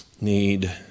need